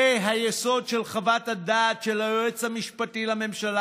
זה היסוד של חוות הדעת של היועץ המשפטי לממשלה,